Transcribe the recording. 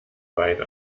wein